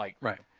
Right